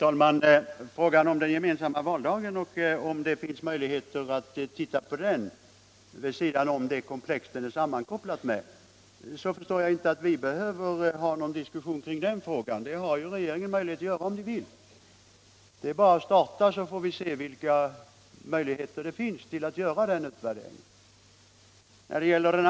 Herr talman! När det gäller möjligheten att se på den gemensamma valdagen vid sidan av det komplex som den är sammankopplad med förstår jag inte att vi behöver ha någon diskussion kring den frågan. Regeringen har ju möjligheter att se på den om den vill. Det är bara att starta, så får vi se vilka möjligheter det finns att göra utvärderingen.